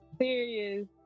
serious